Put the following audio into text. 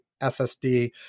SSD